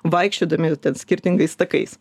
vaikščiodami skirtingais takais